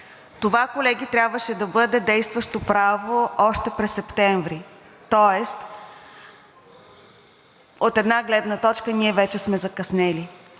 Това, колеги, трябваше да бъде действащо право още през месец септември, тоест, от една гледна точка, ние вече сме закъснели.